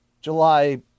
July